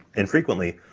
infrequently